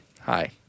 Hi